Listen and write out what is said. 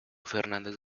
fernández